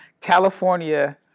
California